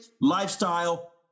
lifestyle